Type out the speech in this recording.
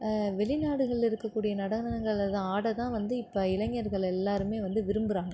வெளிநாடுகளில் இருக்கக்கூடிய நடனங்களை தான் ஆட தான் வந்து இப்போ இளைஞர்கள் எல்லாருமே வந்து விரும்புறாங்க